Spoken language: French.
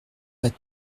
pas